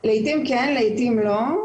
לעתים כן, לעתים לא.